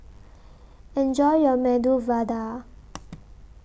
Enjoy your Medu Vada